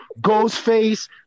Ghostface